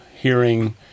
hearing